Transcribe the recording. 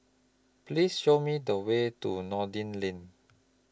Please Show Me The Way to Noordin Lane